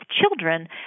children